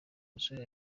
musore